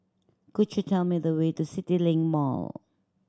could you tell me the way to CityLink Mall